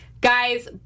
guys